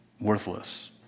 worthless